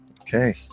Okay